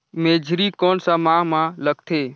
मेझरी कोन सा माह मां लगथे